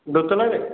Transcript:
ଦୋ ତାଲାରେ